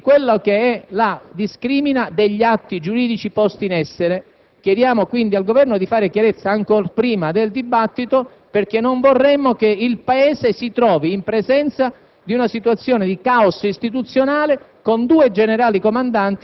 sia tenuto a dare contezza al Parlamento della discrimina degli atti giuridici posti in essere. Chiediamo, quindi, al Governo di fare chiarezza, ancor prima del dibattito, perché non vorremmo che il Paese si trovasse in presenza